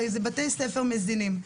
הרי זה בתי ספר מזינים?",